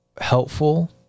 helpful